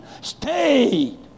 stayed